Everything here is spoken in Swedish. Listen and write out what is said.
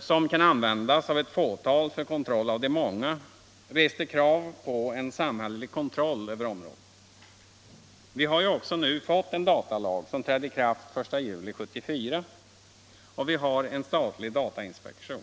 som kan användas av ett fåtal för kontroll av de många. medförde krav på en samhällelig kontroll över området. Vi har ju också nu fått en datalag som trädde i kraft den 1 juli 1974, och vi har en statlig datainspektion.